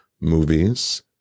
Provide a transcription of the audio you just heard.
movies